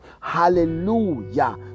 Hallelujah